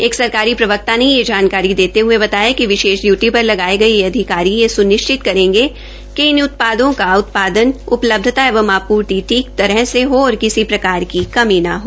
एक सरकारी प्रवक्ता ने यह जानकारी देते हुए बताया कि विशेष डयूटी पर लगाए गए यह अधिकारी यह सुनिश्चित करेंगे कि इन उत्पादों का उत्पादन उपलब्धता एवं आपूर्ति ठीक तरह से हो और किसी प्रकार की कोई कमी न हो